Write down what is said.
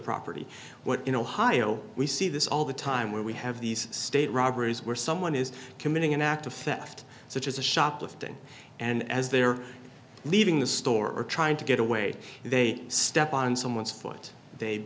property what in ohio we see this all the time where we have these state robberies where someone is committing an act effect such as a shoplifting and as they're leaving the store or trying to get away they step on someone's foot they